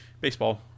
Baseball